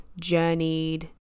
journeyed